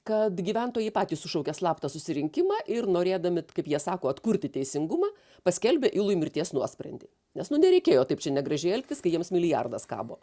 kad gyventojai patys sušaukia slaptą susirinkimą ir norėdami kaip jie sako atkurti teisingumą paskelbia ilui mirties nuosprendį nes nereikėjo taip negražiai elgtis kai jiems milijardas kabo